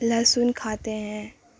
لہسن کھاتے ہیں